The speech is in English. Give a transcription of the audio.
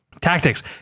tactics